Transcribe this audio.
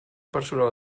personal